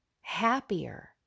happier